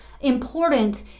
important